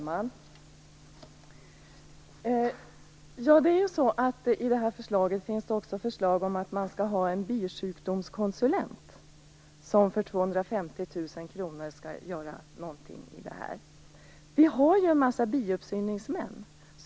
Herr talman! I det här förslaget föreslås ju också att det skall finnas en bisjukdomskonsulent som för 250 000 kr skall göra något här, men det finns ju en mängd biuppsyningsmän.